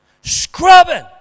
Scrubbing